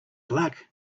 luck